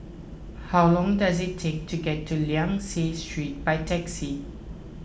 how long does it take to get to Liang Seah Street by taxi